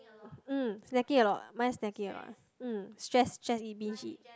mm snacking a lot mine is snacking a lot um stress stress eat binging